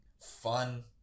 fun